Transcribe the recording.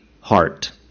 heart